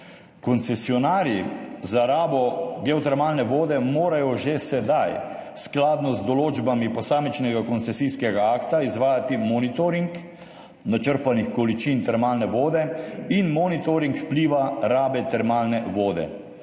Koncesionarji za rabo geotermalne vode morajo že sedaj skladno z določbami posamičnega koncesijskega akta izvajati monitoring načrpanih količin termalne vode in monitoring vpliva rabe termalne vode.